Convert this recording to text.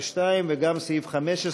ו-(2) וגם על סעיף 15,